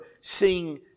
seeing